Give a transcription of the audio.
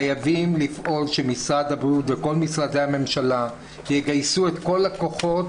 חייבים לפעול שמשרד הבריאות וכל משרדי הממשלה יגייסו את כל הכוחות,